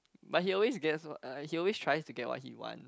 but he always gets what uh he always tries to get what he want